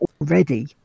already